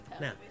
Now